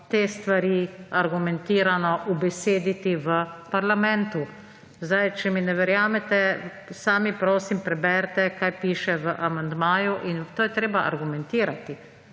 te stvari argumentirano ubesediti v parlamentu. Če mi ne verjamete sami, prosim, preberite, kaj piše v amandmaju. In to je treba argumentirati.